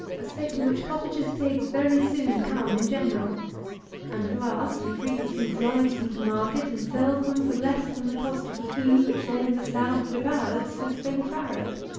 a state to which cottagers' pigs very soon come in general and, at last, he frequently drives them to market, and sells them for less than the cost of the food which they and the sow have devoured since they were farrowed.